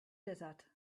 desert